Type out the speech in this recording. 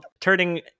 Turning